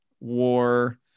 war